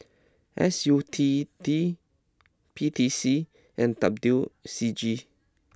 S U T D P T C and W C G